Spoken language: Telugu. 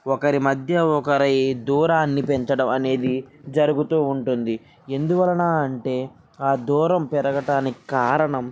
ఒకరి మధ్య ఒకరై దూరాన్ని పెంచడం అనేది జరుగుతూ ఉంటుంది ఎందువలన అంటే ఆ దూరం పెరగటానికి కారణం